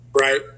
right